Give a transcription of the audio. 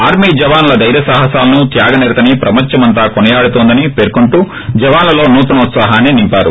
army జవానుల దైర్యసాహసాలను త్యాగనిరతిని ప్రపంచమంతా కొనియాడుతోందని పేర్కొంటూ జవాన్లలో నూతనోత్సాహం నింపారు